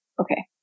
okay